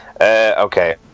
okay